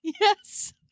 Yes